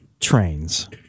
trains